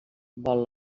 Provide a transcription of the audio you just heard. vol